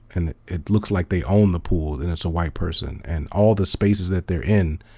and it looks like they own the pool, and it's a white person. and all the spaces that they're in,